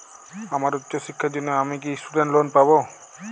আমার উচ্চ শিক্ষার জন্য আমি কি স্টুডেন্ট লোন পাবো